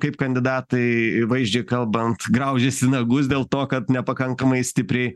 kaip kandidatai vaizdžiai kalbant graužėsi nagus dėl to kad nepakankamai stipriai